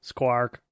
squark